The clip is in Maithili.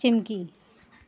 चिंकी